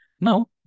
Now